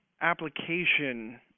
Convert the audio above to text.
application